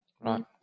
Right